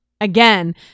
again